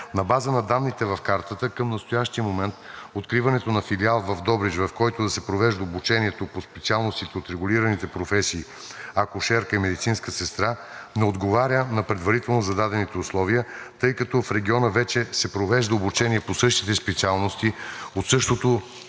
на база на данните в картата към настоящия момент откриването на филиал в Добрич, в който да се провежда обучението по специалностите от регулираните професии акушерка и медицинска сестра, не отговаря на предварително зададените условия, тъй като в региона вече се провежда обучение по същите специалности от същото